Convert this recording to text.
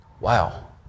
Wow